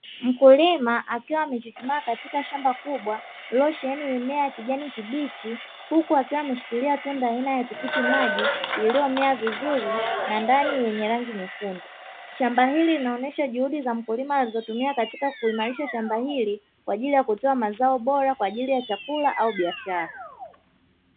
Mkulima akiwa amechuchumaa katika shamba kubwa lenye mimea ya kijani kibichi huku akiwa ameshikilia tunda aina ya tikiti maji iliyomea vizuri na ndani yenye rangi nyekundu, hili linaonyesha juhudi za mkulima alizotumia katika kuimarisha shamba hili kwa ajili ya kutoa mazao bora kwa ajili ya chakula au biashara.